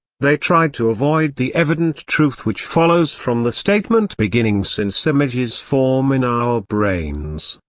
they try to avoid the evident truth which follows from the statement beginning since images form in our brains,